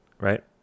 right